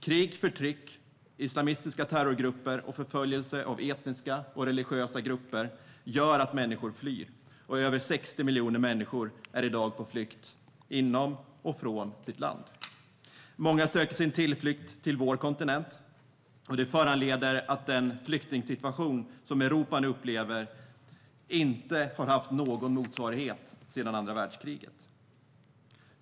Krig, förtryck, islamistiska terrorgrupper och förföljelse av etniska och religiösa grupper gör att människor flyr. Över 60 miljoner människor är i dag på flykt inom och från sitt land. Många söker sin tillflykt till vår kontinent. Den flyktingsituation som Europa nu upplever har inte haft någon motsvarighet sedan andra världskriget.